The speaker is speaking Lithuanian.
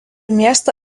miestą